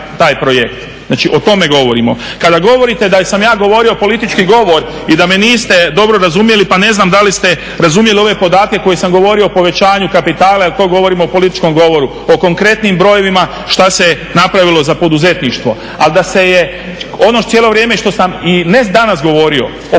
taj projekt. Znači o tome govorimo. Kada govorite da sam ja govorio politički govor i da me niste dobro razumjeli, pa ne znam da li ste razumjeli ove podatke koje sam govorio o povećanju kapitala jer to govorim o političkom govoru, o konkretnim brojevima šta se napravilo za poduzetništvo. Ali da se je ono cijelo vrijeme što sam i ne danas govorio, o